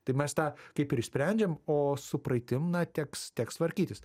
tai mes tą kaip ir išsprendžiam o su praeitim na teks teks tvarkytis